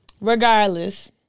Regardless